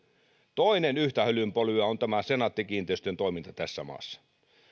toinen asia yhtä hölynpölyä on senaatti kiinteistöjen toiminta tässä maassa